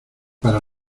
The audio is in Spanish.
para